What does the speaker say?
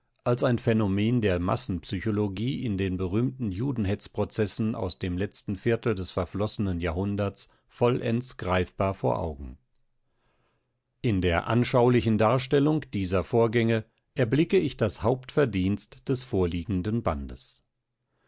als ein phänomen der massenpsychologie in den berüchtigten judenhetzprozessen aus dem letzten viertel des verflossenen jahrhunderts vollends greifbar vor augen in der anschaulichen darstellung dieser vorgänge erblicke ich das hauptverdienst des vorliegenden bandes